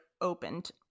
opened